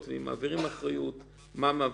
האם בזה שזה מטיל מגבלה על הכנסת זה מונע